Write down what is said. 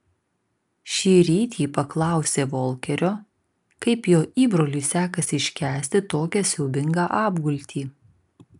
šįryt ji paklausė volkerio kaip jo įbroliui sekasi iškęsti tokią siaubingą apgultį